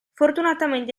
fortunatamente